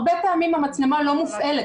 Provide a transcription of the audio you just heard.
הרבה פעמים המצלמה לא מופעלת,